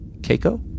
Keiko